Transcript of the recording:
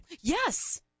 Yes